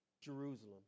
Jerusalem